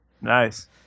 Nice